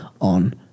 on